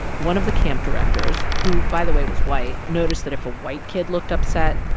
one of the camp directors, who, by the way, was white, noticed that if a white kid looked upset,